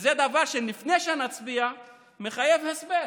וזה דבר שלפני שנצביע מחייב הסבר,